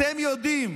אתם יודעים,